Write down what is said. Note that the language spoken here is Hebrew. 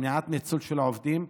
מניעת ניצול של העובדים,